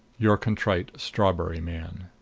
your contrite strawberry man.